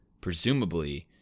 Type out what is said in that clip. presumably